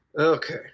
okay